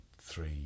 three